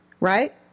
Right